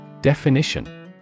Definition